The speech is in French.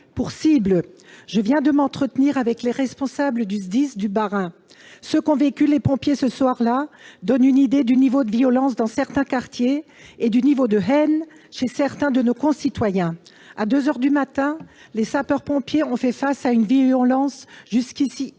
pour cibles. Je viens de m'entretenir avec les responsables du SDIS du Bas-Rhin. Ce qu'ont vécu les pompiers ce soir-là donne une idée du niveau de violence dans certains quartiers et du niveau de haine chez certains de nos concitoyens. À deux heures du matin, les sapeurs-pompiers ont fait face à une violence jusque-là